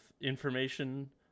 information